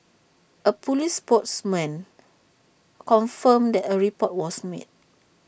A Police spokesman confirmed that A report was made